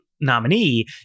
nominee